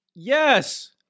Yes